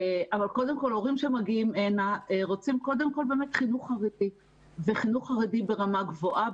אבל הורים שמגיעים אלינו רוצים קודם כול חינוך חרדי ברמה גבוהה.